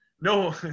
no